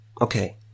okay